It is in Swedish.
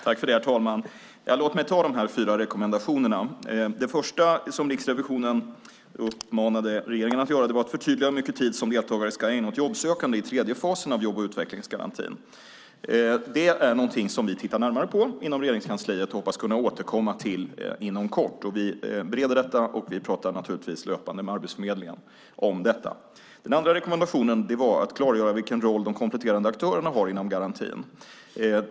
Herr talman! Låt mig redogöra för de fyra rekommendationerna. Det första som Riksrevisionen uppmanade regeringen att göra var att förtydliga hur mycket tid som deltagare ska ägna åt jobbsökande i tredje fasen av jobb och utvecklingsgarantin. Det är någonting som vi tittar närmare på inom Regeringskansliet och hoppas kunna återkomma till inom kort. Vi bereder detta, och vi pratar naturligtvis löpande med Arbetsförmedlingen om detta. Den andra rekommendationen var att klargöra vilken roll de kompletterande aktörerna har inom garantin.